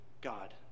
God